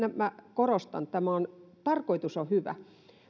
korostan tarkoitus on hyvä